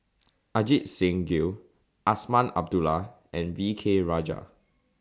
Ajit Singh Gill Azman Abdullah and V K Rajah